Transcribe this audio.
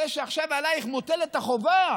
הרי שעכשיו עלייך מוטלת החובה